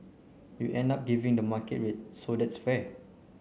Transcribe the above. you end up giving the market rate so that's fair